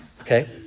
Okay